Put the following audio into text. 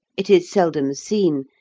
it is seldom seen,